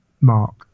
mark